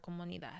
comunidad